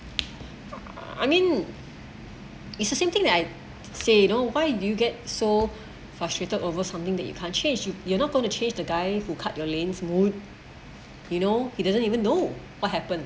I mean it's the same thing that I'd say you know why you get so frustrated over something that you can't change you you're not going to change the guy who cut your lanes mood you know he doesn't even know what happen